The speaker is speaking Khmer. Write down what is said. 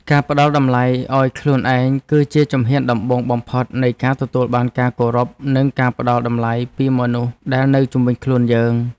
ការផ្ដល់តម្លៃឱ្យខ្លួនឯងគឺជាជំហានដំបូងបំផុតនៃការទទួលបានការគោរពនិងការផ្ដល់តម្លៃពីមនុស្សដែលនៅជុំវិញខ្លួនយើង។